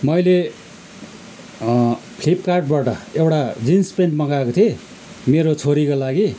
मैले फ्लिपकार्टबाट एउटा जिन्स प्यान्ट मगाएको थिएँ मेरो छोरीको लागि